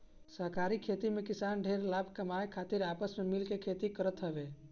सहकारी खेती में किसान ढेर लाभ कमाए खातिर आपस में मिल के खेती करत हवे